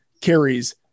carries